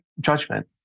judgment